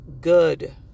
good